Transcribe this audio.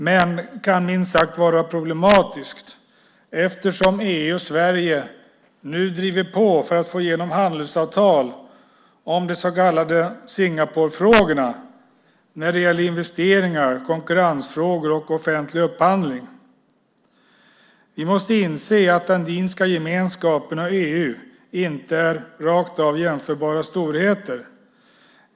Men det kan minst sagt vara problematiskt eftersom EU och Sverige nu driver på för att få igenom handelsavtal om de så kallade Singaporefrågorna om investeringar, konkurrensfrågor och offentlig upphandling. Vi måste inse att Andinska gemenskapen och EU inte är rakt av jämförbara storheter.